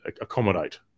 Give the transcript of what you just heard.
accommodate